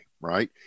right